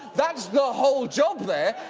that's the whole job there!